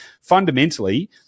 Fundamentally